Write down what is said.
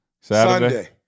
Saturday